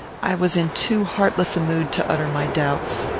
i was in too heartless a mood to utter my doubts.